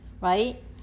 right